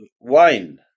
wine